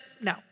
no